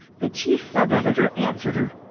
the chief sub-editor answered her.